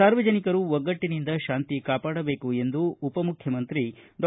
ಸಾರ್ವಜನಿಕರು ಒಗ್ಗಟ್ಟನಿಂದ ಶಾಂತಿ ಕಾಪಾಡಬೇಕು ಎಂದು ಉಪಮುಖ್ಯಮಂತ್ರಿ ಡಾ